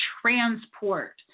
transport